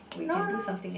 no no